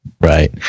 Right